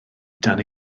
dan